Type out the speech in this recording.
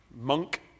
monk